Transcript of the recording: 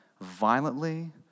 violently